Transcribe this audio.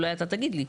אולי אתה תגיד לי.